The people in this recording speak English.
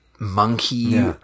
monkey